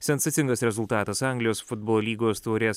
sensacingas rezultatas anglijos futbolo lygos taurės